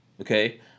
okay